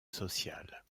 sociales